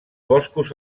boscos